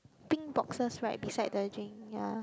pink boxes right beside the drink ya